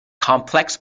complex